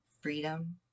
freedom